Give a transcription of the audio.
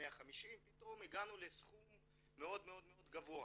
150, פתאום הגענו לסכום מאוד מאוד גבוה.